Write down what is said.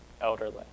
elderly